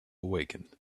awaken